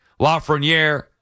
Lafreniere